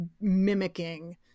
mimicking